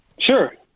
Sure